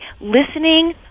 listening